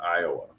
Iowa